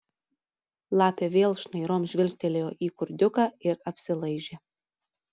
lapė vėl šnairom žvilgtelėjo į kurdiuką ir apsilaižė